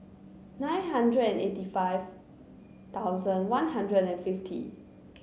nine hundred and eighty five thousand One Hundred and fifty